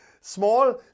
small